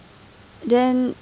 then